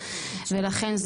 ולכן,